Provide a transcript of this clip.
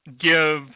give